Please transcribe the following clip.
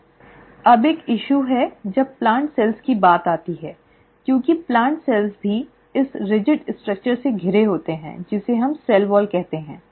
अब एक मुद्दा है जब प्लांट सेल्स की बात आती है क्योंकि प्लांट सेल्स भी इस कठोर संरचना से घिरे होते हैं जिसे हम सेल वॉल कहते हैं